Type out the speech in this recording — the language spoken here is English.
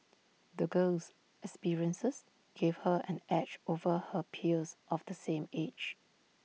the girl's experiences gave her an edge over her peers of the same age